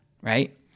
right